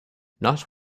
not